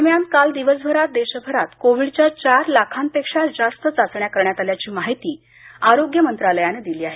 दरम्यान काल दिवसभरात देशात कोविडच्या चार लाखांपेक्षा जास्त चाचण्या करण्यात आल्याची माहिती आरोग्य मंत्रालयानं दिली आहे